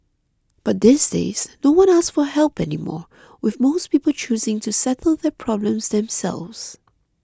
but these days no one asks for help anymore with most people choosing to settle their problems themselves